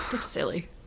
Silly